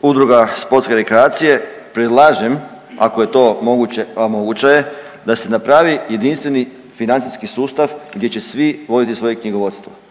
udruga, sportske rekreacije, predlažem ako je to moguće, a moguće je, da se napravi jedinstveni financijski sustav gdje će svi voditi svoje knjigovodstvo.